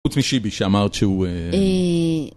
חוץ משיבי שאמרת שהוא אה